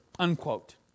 Unquote